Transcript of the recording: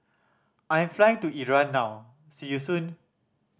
I am flying to Iran now see you soon